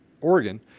Oregon